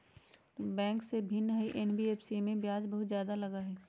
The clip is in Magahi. बैंक से भिन्न हई एन.बी.एफ.सी इमे ब्याज बहुत ज्यादा लगहई?